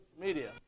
media